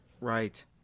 Right